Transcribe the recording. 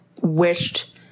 wished